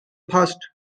first